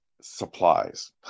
supplies